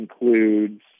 includes